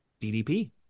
DDP